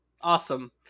Awesome